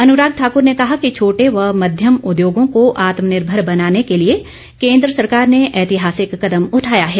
अनुराग ठाकुर ने कहा कि छोटे व मध्यम उद्योगों को आत्मनिर्भर बनाने के लिए केन्द्र सरकार ने ऐतिहासिक कदम उठाया है